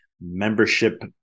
membership